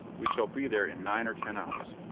we shall be there in nine or ten hours.